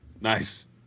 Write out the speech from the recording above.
Nice